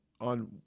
on